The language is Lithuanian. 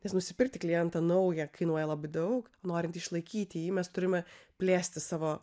nes nusipirkti klientą naują kainuoja labai daug norint išlaikyti jį mes turime plėsti savo